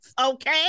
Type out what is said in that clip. Okay